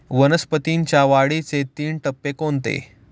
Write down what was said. वनस्पतींच्या वाढीचे तीन टप्पे कोणते?